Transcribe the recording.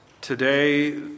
today